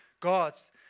God's